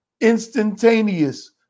instantaneous